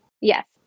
Yes